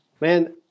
man